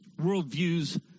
Worldviews